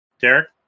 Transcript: Derek